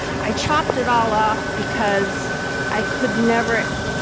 i chopped it all off because i could never,